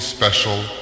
special